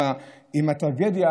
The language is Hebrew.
עם הטרגדיה